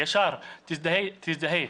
ישר 'תזדהה'.